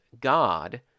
God